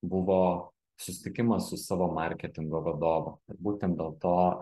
buvo susitikimas su savo marketingo vadovu būtent dėl to